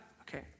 Okay